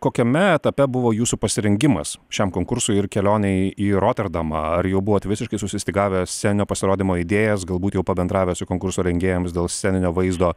kokiame etape buvo jūsų pasirengimas šiam konkursui ir kelionei į roterdamą ar jau buvot visiškai susistygavę sceninio pasirodymo idėjas galbūt jau pabendravę su konkurso rengėjams dėl sceninio vaizdo